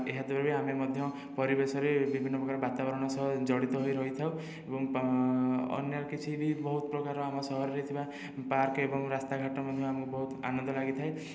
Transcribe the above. ଏହାଦ୍ୱାରା ବି ଆମେ ମଧ୍ୟ ପରିବେଶରେ ବିଭିନ୍ନ ପ୍ରକାର ବାତାବରଣ ସହ ଜଡ଼ିତ ହୋଇ ରହିଥାଉ ଏବଂ ଅନ୍ୟ କିଛି ବି ବହୁତ ପ୍ରକାର ଆମ ସହରରେ ଥିବା ପାର୍କ ଏବଂ ରାସ୍ତାଘାଟ ମଧ୍ୟ ଆମକୁ ବହୁତ ଆନନ୍ଦ ଲାଗିଥାଏ